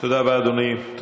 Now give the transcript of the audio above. תודה רבה, אדוני.